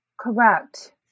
Correct